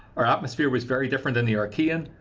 our atmosphere was very different in the archean.